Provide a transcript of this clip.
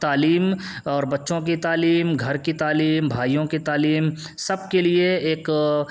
تعلیم اور بچّوں کی تعلیم گھر کی تعلیم بھائیوں کی تعلیم سب کے لیے ایک